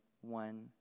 one